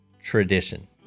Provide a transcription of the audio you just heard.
tradition